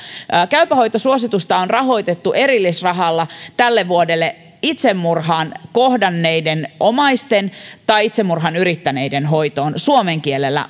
käypä hoito suositusta on rahoitettu erillisrahalla tälle vuodelle itsemurhan kohdanneiden omaisten tai itsemurhaa yrittäneiden hoitoon suomen kielellä